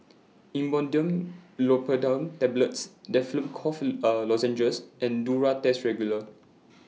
Imodium Tablets Difflam Cough Lozenges and Duro Tuss Regular